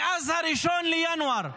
מאז 1 בינואר 2023,